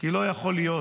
כי לא יכול להיות